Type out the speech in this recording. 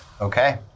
Okay